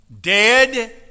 dead